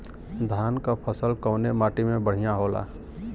धान क फसल कवने माटी में बढ़ियां होला?